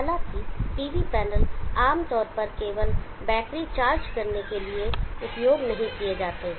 हालांकि PV panel आमतौर पर केवल बैटरी चार्ज करने के लिए उपयोग नहीं किए जाते हैं